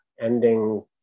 ending